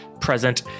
present